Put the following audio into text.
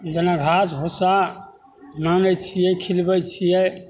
जेना घास भुस्सा आनै छिए खिलबै छिए